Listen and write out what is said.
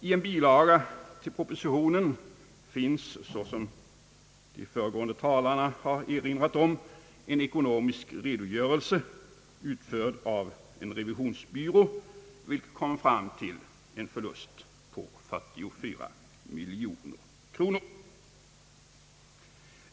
I en bilaga till propositionen finns, såsom de föregående talarna har erinrat om, en ekonomisk redogörelse utförd av en revisionsbyrå, vilken kommit fram till en förlust på 44 miljoner kronor.